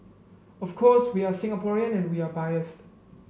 of course we are Singaporean and we are biased